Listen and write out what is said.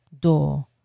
door